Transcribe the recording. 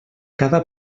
cada